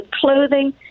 clothing